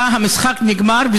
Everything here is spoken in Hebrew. המשחק נגמר.